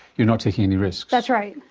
you're not taking any risks. that's right.